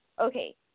okay